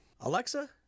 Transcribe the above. Alexa